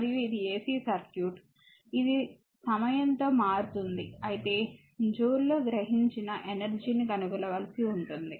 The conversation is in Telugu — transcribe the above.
మరియు ఇది ac సర్క్యూట్ ఇది సమయంతో మారుతుంది అయితే జూల్ లో గ్రహించిన ఎనర్జీ ని కనుగొనవలసి ఉంటుంది